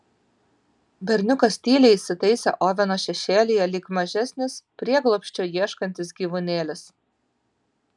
berniukas tyliai įsitaisė oveno šešėlyje lyg mažesnis prieglobsčio ieškantis gyvūnėlis